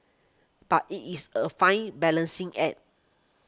but it is a fine balancing act